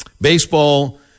Baseball